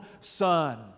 Son